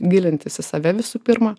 gilintis į save visų pirma